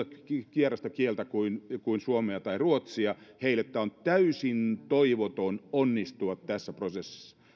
vierasta kieltä muuta kuin suomea tai ruotsia ja heille on täysin toivotonta onnistua tässä prosessissa